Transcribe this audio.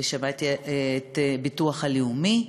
ושמעתי את הביטוח הלאומי,